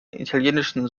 italienischen